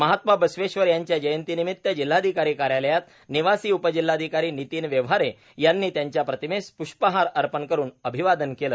महात्मा बसवेश्वर यांच्या जयंतीनिमित्त जिल्हाधिकारी कार्यालयात निवासी उपजिल्हाधिकारी नितीन व्यवहारे यांनी त्यांच्या प्रतिमेस प्ष्पहार अर्पण करुन अभिवादन केले